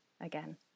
again